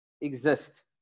exist